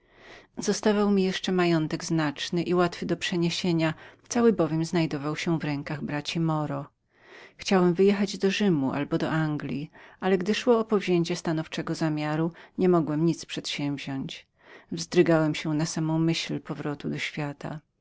zostawał mi jeszcze majątek znaczny i łatwy do przeniesienia cały bowiem znajdował się w rękach braci moro chciałem wyjechać do rzymu albo do anglji ale gdy szło o powzięcie stanowczego zamiaru nie mogłem nic przedsięwziąść wzdrygałem się na samą myśl wrócenia do świata